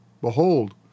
Behold